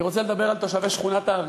אני רוצה לדבר על תושבי שכונת-הארגזים.